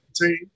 team